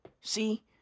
See